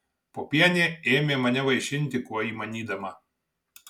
popienė ėmė mane vaišinti kuo įmanydama